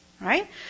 Right